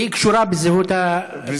היא קשורה בזהות, עיסאווי.